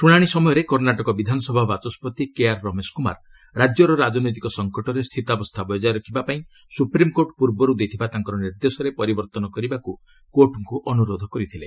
ଶୁଣାଣି ସମୟରେ କର୍ଣ୍ଣାଟକ ବିଧାନସଭା ବାଚସ୍କତି କେଆର୍ ରମେଶ କୁମାର ରାଜ୍ୟର ରାଜନୈତିକ ସଂକଟରେ ସ୍ଥିତାବସ୍ଥା ବଜାୟ ରଖିବା ପାଇଁ ସୁପ୍ରିମ୍କୋର୍ଟ୍ ପୂର୍ବରୁ ଦେଇଥିବା ତାଙ୍କର ନିର୍ଦ୍ଦେଶରେ ପରିବର୍ତ୍ତନ କରିବାକୁ କୋର୍ଟ୍ଙ୍କୁ ଅନୁରୋଧ କରିଥିଲେ